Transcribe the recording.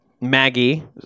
Maggie